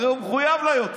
הרי הוא מחויב לה יותר.